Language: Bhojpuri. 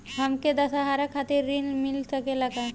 हमके दशहारा खातिर ऋण मिल सकेला का?